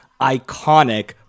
Iconic